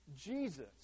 Jesus